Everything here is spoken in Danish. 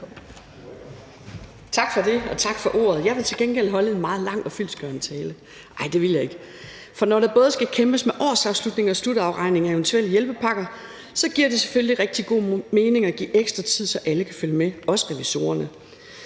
Tak for det, og tak for ordet. Jeg vil til gengæld holde en meget lang og fyldestgørende tale. Nej, det vil jeg ikke! For når der både skal kæmpes med årsafslutning og slutafregning af eventuelle hjælpepakker, giver det selvfølgelig rigtig god mening at give ekstra tid, så alle kan følge med, også revisorerne,